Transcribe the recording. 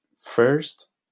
first